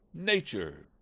nature!